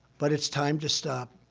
but it's time to stop.